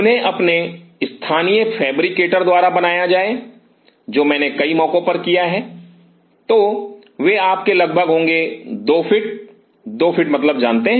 उन्हें अपने स्थानीय फैब्रिकेटर द्वारा बनाया जाए जो मैंने कई मौकों पर किया है तो वे आपके लगभग होंगे 2 फीट 2 फीट मतलब जानते हैं